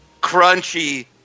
crunchy